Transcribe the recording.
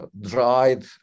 dried